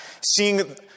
seeing